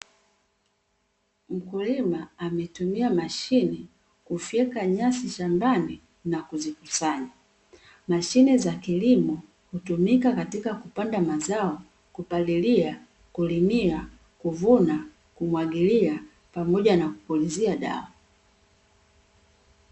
dawa ya mifugo iliyopo kwenye kifungashio aina ya boksi chenye rangi nyeupe nakahawia kikiwa na maandishi mbalimbali yanayoelekeza kutumia dawa hii kwa usahihi .